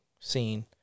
scene